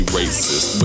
racist